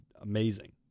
amazing